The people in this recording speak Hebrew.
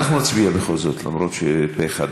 אנחנו נצביע בכל זאת, למרות שזה פה אחד.